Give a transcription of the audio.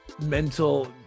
mental